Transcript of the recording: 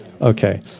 okay